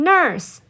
Nurse